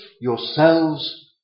yourselves